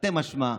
תרתי משמע.